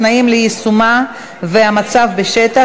התנאים ליישומה והמצב בשטח,